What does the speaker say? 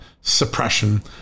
suppression